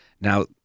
Now